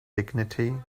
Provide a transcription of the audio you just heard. dignity